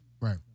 Right